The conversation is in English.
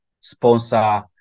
sponsor